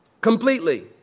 Completely